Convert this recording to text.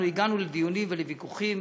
הגענו לדיונים ולוויכוחים